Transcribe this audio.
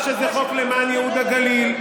אמרת שזה חוק למען ייהוד הגליל,